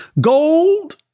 gold